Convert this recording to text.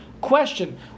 Question